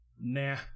nah